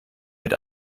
mit